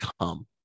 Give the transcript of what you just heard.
come